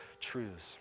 truths